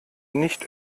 nicht